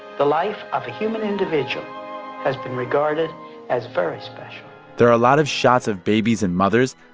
the life of a human individual has been regarded as very special there are a lot of shots of babies and mothers,